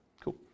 Cool